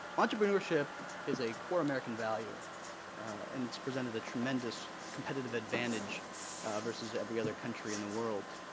entrepreneurship is a core american value and it's presented a tremendous competitive advantage versus every other country in the world.